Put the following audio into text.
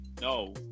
No